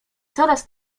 coraz